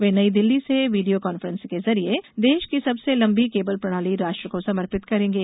वे नई दिल्ली से video conference के जरिये देश की सबसे लंबी केबल प्रणाली राष्ट्र को समर्पित करेंगे